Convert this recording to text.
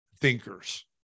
thinkers